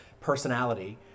personality